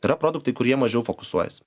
yra produktai kurie mažiau fokusuojasi